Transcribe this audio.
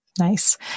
Nice